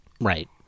Right